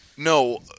No